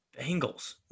Bengals